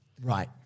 Right